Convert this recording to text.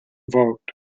vote